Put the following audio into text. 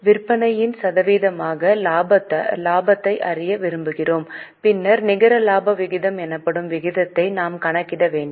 விற்பனையின் சதவீதமாக இலாபத்தை அறிய விரும்புகிறோம் பின்னர் நிகர லாப விகிதம் எனப்படும் விகிதத்தை நாம் கணக்கிட வேண்டும்